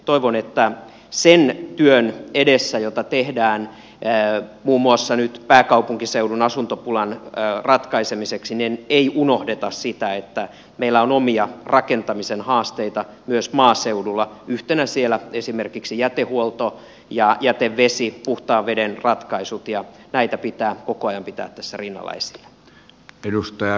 toivon että sen työn edessä jota tehdään muun muassa nyt pääkaupunkiseudun asuntopulan ratkaisemiseksi ei unohdeta sitä että meillä on omia rakentamisen haasteita myös maaseudulla yhtenä siellä esimerkiksi jätehuolto ja jätevesi puhtaan veden ratkaisut ja näitä pitää koko ajan pitää tässä rinnalla esillä